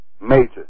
Major